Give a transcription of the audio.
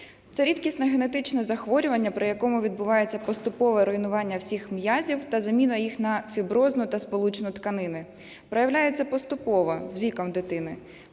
Це рідкісне генетичне захворювання, при якому відбувається поступове руйнування всіх м'язів та заміна їх на фіброзну та сполучну тканини. Проявляється поступово, з віком дитини.